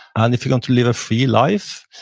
and if you're going to live a free life,